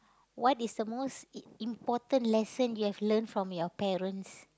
what is the most E~ important lesson you have learned from your parents